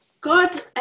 God